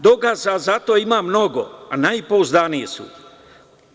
Dokaza za to ima mnogo, a najpouzdaniji su…